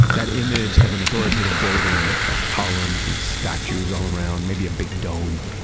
that image of an authoritative building with columns and statues all around, maybe a big dome.